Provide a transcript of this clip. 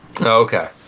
Okay